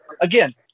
again